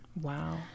Wow